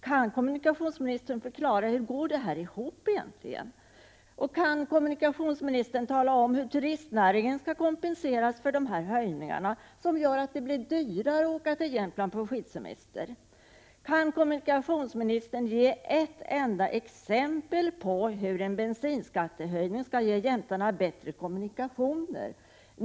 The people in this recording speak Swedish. Kan kommunikationsministern förklara hur detta går ihop? Kan kommunikationsministern tala om hur turistnäringen skall kompenseras för dessa höjningar som gör att det blir dyrare att åka till Jämtland på skidsemester? Kan kommunikationsministern ge ett enda exempel på hur en bensinskattehöjning skall ge jämtarna bättre kommunikationer?